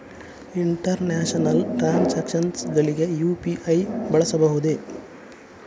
International transactions ಗಳಿಗೆ UPI ಬಳಸಬಹುದೇ?